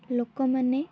ଲୋକମାନେ